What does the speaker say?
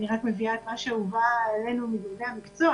אני רק מביאה את מה שהובא אלינו מדרגי המקצוע